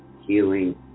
healing